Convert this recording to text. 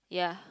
yeah